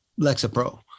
lexapro